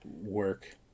work